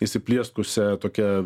įsiplieskusią tokią